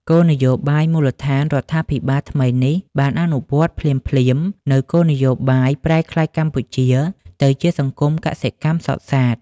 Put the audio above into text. គោលនយោបាយមូលដ្ឋានរដ្ឋាភិបាលថ្មីនេះបានអនុវត្តភ្លាមៗនូវគោលនយោបាយ ប្រែក្លាយកម្ពុជាទៅជាសង្គមកសិកម្មសុទ្ធសាធ។